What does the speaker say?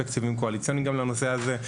תקציבים קואליציוניים גם לנושא הזה.